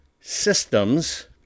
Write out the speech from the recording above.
systems